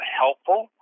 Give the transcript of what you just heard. helpful